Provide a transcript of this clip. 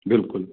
ਬਿਲਕੁਲ